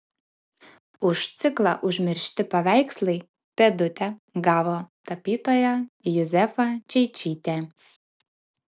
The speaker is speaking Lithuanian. už ciklą užmiršti paveikslai pėdutę gavo tapytoja juzefa čeičytė